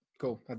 Cool